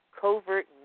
covert